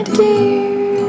dear